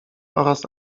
oraz